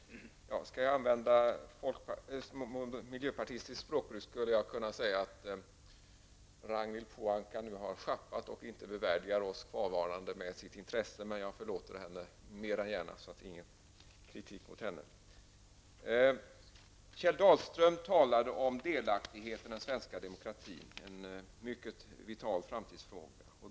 Herr talman! Om jag skulle använda miljöpartistiskt språkbruk skulle jag kunna säga att Ragnhild Pohanka nu har sjappat och inte bevärdigar oss kvarvarande med sitt intresse. Men jag förlåter henne mer än gärna och vill inte rikta någon kritik mot henne. Kjell Dahlström talade om delaktighet i den svenska demokratin -- en mycket vital framtidsfråga.